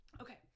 Okay